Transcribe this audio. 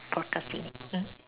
procrastinate mm